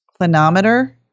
clinometer